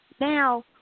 now